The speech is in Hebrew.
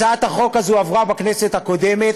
הצעת החוק הזאת עברה בכנסת הקודמת,